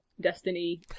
Destiny